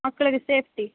ಮಕ್ಳಿಗೆ ಸೇಫ್ಟಿ